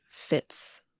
fits